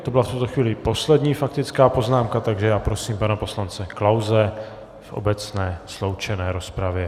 A to byla v tuto chvíli poslední faktická poznámka, takže já prosím pana poslance Klause v obecné sloučené rozpravě.